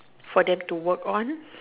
for that to work on